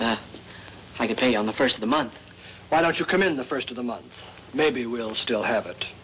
that i can pay on the first of the month why don't you come in the first of the month maybe we'll still have it